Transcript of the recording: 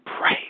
pray